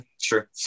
Sure